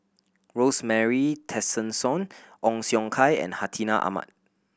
Rosemary Tessensohn Ong Siong Kai and Hartinah Ahmad